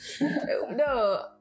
no